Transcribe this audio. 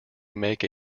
make